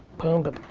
boom, boom.